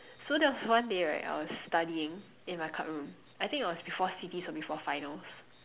so there was one day right I was studying in my club room I think it was before C_Ts or before finals